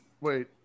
Wait